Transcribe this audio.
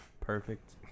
Perfect